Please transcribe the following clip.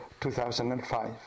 2005